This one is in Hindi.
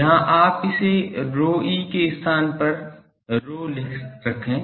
यहाँ आप इसे ρe के स्थान पर ρ रखें